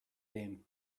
game